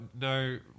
no